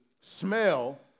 smell